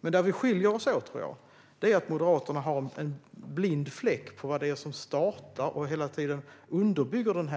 Men det skiljer sig åt i att Moderaterna har en blind fläck på vad det är som startar och hela tiden underbygger